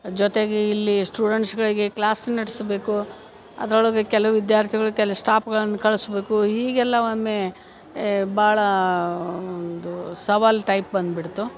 ಜೊತೆಗೆ ಇಲ್ಲಿ ಸ್ಟೂಡೆಂಟ್ಸ್ಗಳಿಗೆ ಕ್ಲಾಸ್ ನಡೆಸ್ಬೇಕು ಅದ್ರೊಳಗೆ ಕೆಲವು ವಿದ್ಯಾರ್ಥಿಗಳು ಕೆಲವು ಸ್ಟಾಫ್ಗಳನ್ನು ಕಳಿಸ್ಬೇಕು ಹೀಗೆಲ್ಲ ಒಮ್ಮೆ ಏ ಭಾಳ ಒಂದು ಸವಾಲು ಟೈಪ್ ಬಂದುಬಿಡ್ತು